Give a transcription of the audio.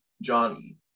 Johnny